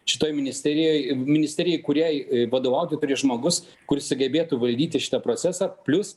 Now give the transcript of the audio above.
šitoj ministerijoj ir ministerijai kuriai vadovauti turi žmogus kuris sugebėtų valdyti šitą procesą plius